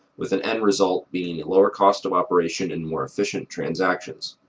with an end result being a lower cost of operation and more efficient transactions.